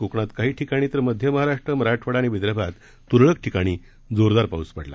कोकणात काही ठिकाणी तर मध्य महाराष्ट्र मराठवाडा आणि विदर्भात त्रळक ठिकाणी जोरदार पाऊस पडला